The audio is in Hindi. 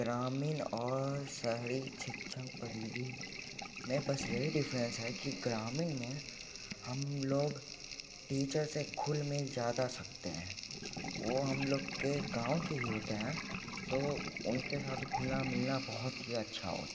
ग्रामीण और शहरी शिक्षण परिधि में बस यही डिफ्रेंस है कि ग्रामीण में हम लोग टीचर से घुल मिल ज़्यादा सकते हैं वो हम लोग गाँव के ही होते हैं तो उनके साथ घुलना मिलना बहुत ही अच्छा होता